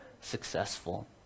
successful